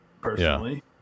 personally